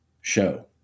show